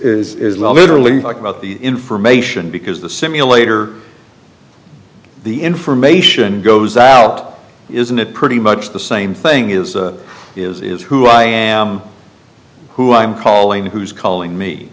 case is literally about the information because the simulator the information goes out isn't it pretty much the same thing is is is who i am who i'm calling who's calling me